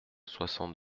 soixante